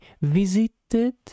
visited